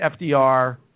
FDR